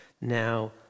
Now